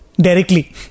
directly